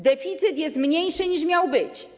Deficyt jest mniejszy, niż miał być.